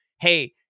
hey